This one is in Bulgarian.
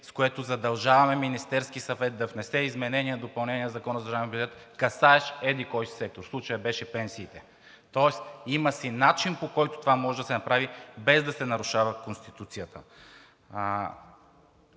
с което задължаваме Министерския съвет да внесе изменение и допълнение на Закона за държавния бюджет, касаещ еди-кой си сектор. В случая беше пенсиите. Тоест има си начин, по който това може да се направи, без да се нарушава Конституцията.